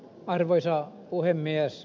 arvoisa puhemies